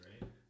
right